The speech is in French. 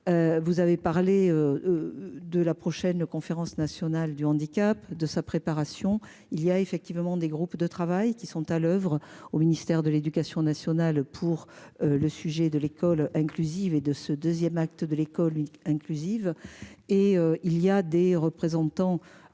Vous avez parlé. De la prochaine conférence nationale du handicap de sa préparation il y a effectivement des groupes de travail qui sont à l'oeuvre au ministère de l'Éducation nationale pour le sujet de l'école inclusive et de ce 2ème acte de l'école inclusive et il y a des représentants